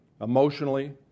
emotionally